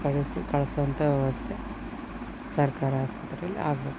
ಕಳಿಸಿ ಕಳ್ಸುವಂಥ ವ್ಯವಸ್ಥೆ ಸರ್ಕಾರ ಆಸ್ಪತ್ರೆಯಲ್ಲಿ ಆಗಬೇಕು